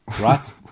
Right